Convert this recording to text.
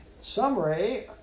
summary